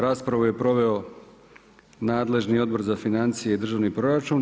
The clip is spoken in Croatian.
Raspravu je proveo nadležni Odbor za financije i državni proračun.